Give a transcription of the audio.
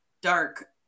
dark